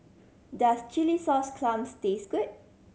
does chilli sauce clams taste good